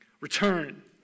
Return